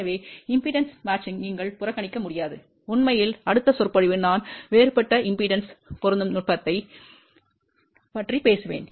எனவே மின்மறுப்பு பொருத்தத்தை நீங்கள் புறக்கணிக்க முடியாது உண்மையில் அடுத்த சொற்பொழிவு நான் வேறுபட்ட மின்மறுப்பு பொருந்தும் நுட்பத்தைப் பற்றி பேசுவேன்